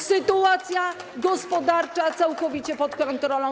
Sytuacja gospodarcza całkowicie pod kontrolą.